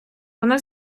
вона